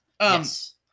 Yes